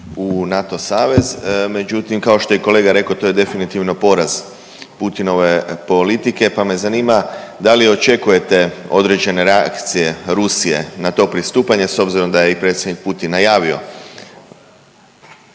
u NATO savez, međutim kao što je i kolega rekao to je definitivno poraz Putinove politike pa me zanima da li očekujete određene reakcije Rusije na to pristupanje s obzirom da je i predsjednik Putin najavio.